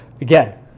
again